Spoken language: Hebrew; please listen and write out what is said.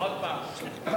עוד פעם.